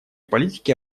политики